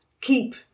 keep